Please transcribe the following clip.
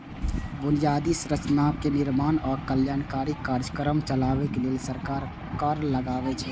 बुनियादी संरचनाक निर्माण आ कल्याणकारी कार्यक्रम चलाबै लेल सरकार कर लगाबै छै